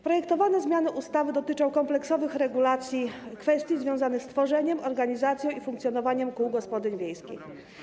Projektowane zmiany ustawy dotyczą kompleksowych regulacji kwestii związanych z tworzeniem, organizacją i funkcjonowaniem kół gospodyń wiejskich.